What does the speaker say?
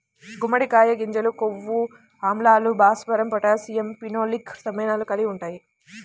గుమ్మడికాయ గింజలు కొవ్వు ఆమ్లాలు, భాస్వరం, పొటాషియం, ఫినోలిక్ సమ్మేళనాలు కలిగి ఉంటాయి